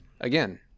again